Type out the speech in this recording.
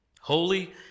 holy